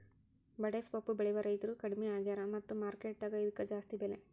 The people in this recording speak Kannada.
ಬಡೆಸ್ವಪ್ಪು ಬೆಳೆಯುವ ರೈತ್ರು ಕಡ್ಮಿ ಆಗ್ಯಾರ ಮತ್ತ ಮಾರ್ಕೆಟ್ ದಾಗ ಇದ್ಕ ಬೆಲೆ ಜಾಸ್ತಿ